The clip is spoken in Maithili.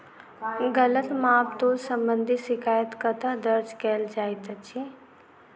गलत माप तोल संबंधी शिकायत कतह दर्ज कैल जाइत अछि?